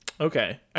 Okay